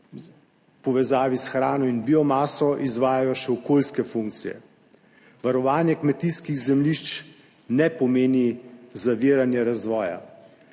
povezavi s hrano in biomaso izvajajo še okoljske funkcije. Varovanje kmetijskih zemljišč ne pomeni zaviranje razvoja.